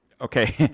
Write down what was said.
Okay